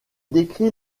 décrit